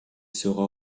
sera